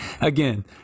again